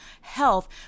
health